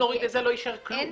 נוריד את זה, לא נשאר כלום.